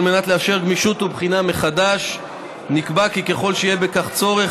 על מנת לאפשר גמישות ובחינה מחדש נקבע כי ככל שיהיה בכך צורך,